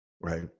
right